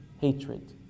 hatred